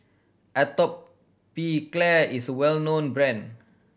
Atopiclair is well known brand